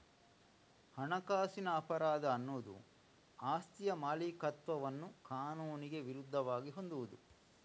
ಹಣಕಾಸಿನ ಅಪರಾಧ ಅನ್ನುದು ಆಸ್ತಿಯ ಮಾಲೀಕತ್ವವನ್ನ ಕಾನೂನಿಗೆ ವಿರುದ್ಧವಾಗಿ ಹೊಂದುವುದು